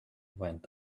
went